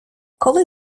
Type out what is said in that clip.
коли